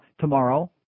tomorrow